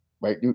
right